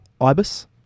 Ibis